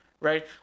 Right